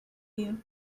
you